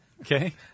Okay